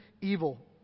evil